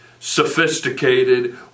sophisticated